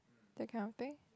that kind of thing